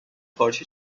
پارچه